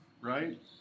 right